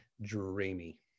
dreamy